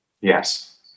Yes